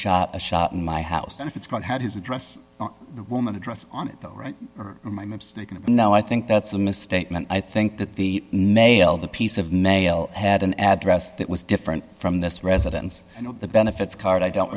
shot a shot in my house and it's going to have his address woman address on it but right now i think that's a misstatement i think that the mail the piece of mail had an address that was different from this residence and the benefits card i don't